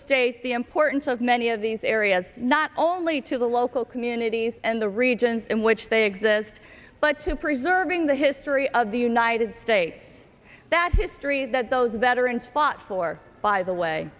state the importance of many of these areas not only to the local communities and the regions in which they exist but to preserving the history of the united states that history that those veterans spot for by the way